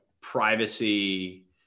privacy